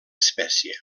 espècie